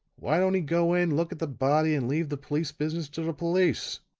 why don't he go in, look at the body and leave the police business to the police.